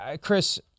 Chris